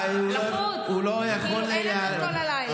לחוץ כאילו אין לנו את כל הלילה.